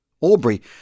Aubrey